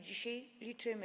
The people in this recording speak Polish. Dzisiaj liczymy.